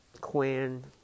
Quinn